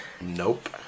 nope